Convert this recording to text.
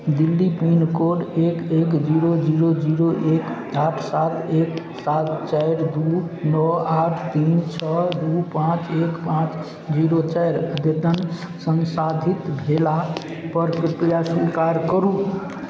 Delhi pin code एक एक zero zero zero एक आठ सात एक सात चारि दुइ नओ आठ तीन छओ दुइ पाँच एक पाँच जीरो चारि अद्यतन सन्साधित भेलापर कृपया स्वीकार करू